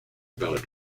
about